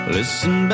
Listen